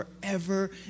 forever